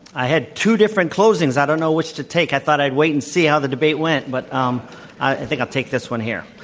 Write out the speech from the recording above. i had two different closings. i don't know which to take. i thought i'd wait and see how the debate went, but um i think i'll take this one here.